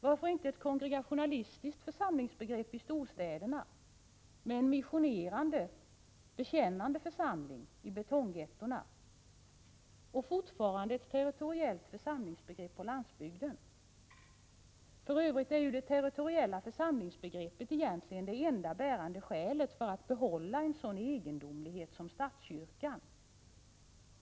Varför inte ett kongregationalistiskt församlingsbegrepp i storstäderna med en missionerande, bekännande församling i betonggettona och fortfarande ett territoriellt församlingsbegrepp på landsbygden? För övrigt är ju det territoriella församlingsbegreppet egentligen det enda bärande skälet för att behålla en sådan egendomlighet som statskyrkan.